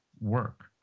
work